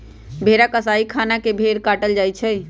भेड़ा कसाइ खना में भेड़ काटल जाइ छइ